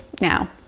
now